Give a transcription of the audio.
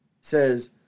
says